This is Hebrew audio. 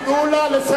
יש להקים